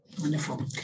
Wonderful